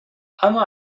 اما